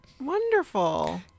Wonderful